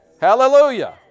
Hallelujah